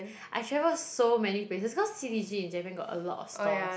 I travel so many places cause c_d_g in Japan got a lot of stores